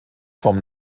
vom